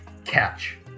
Catch